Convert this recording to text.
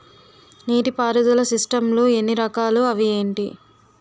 నీటిపారుదల సిస్టమ్ లు ఎన్ని రకాలు? అవి ఏంటి?